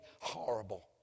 horrible